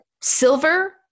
silver